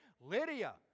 Lydia